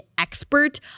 expert